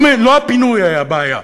לא הפינוי היה הבעיה,